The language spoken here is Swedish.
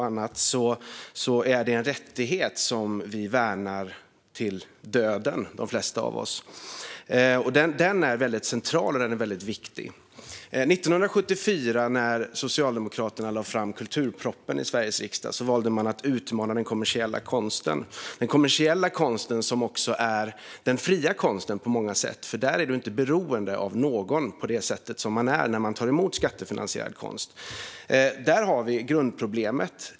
Det är en rättighet som de flesta av oss värnar till döden. Den är väldigt central, och den är väldigt viktig. År 1974 när Socialdemokraterna lade fram kulturpropositionen i Sveriges riksdag valde man att utmana den kommersiella konsten. Den kommersiella konsten är också den fria konsten på många sätt. Där är du inte beroende av någon på det sätt som man är när man tar emot medel för skattefinansierad konst. Där har vi grundproblemet.